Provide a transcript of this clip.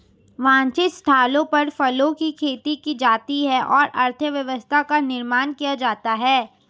वांछित स्थलों पर फलों की खेती की जाती है और अर्थव्यवस्था का निर्माण किया जाता है